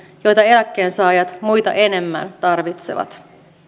joita eläkkeensaajat muita enemmän tarvitsevat